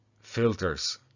filters